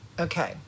Okay